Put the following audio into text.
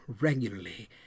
regularly